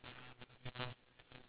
now